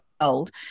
old